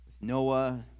Noah